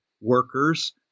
workers